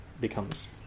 becomes